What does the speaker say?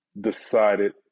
decided